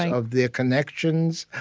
of their connections,